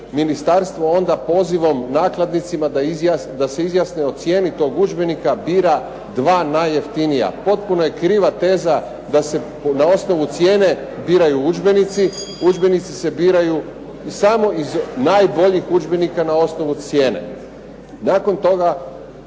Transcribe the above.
ministarstvo onda pozivom nakladnicima da se izjasne o cijeni tog udžbenika bira dva najjeftinija. Potpuno je kriva teza da se na osnovu cijene biraju udžbenici. Udžbenici se biraju samo iz najboljih udžbenika na osnovu cijene. Nakon toga,